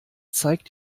zeigt